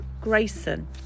Grayson